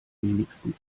wenigstens